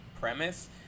premise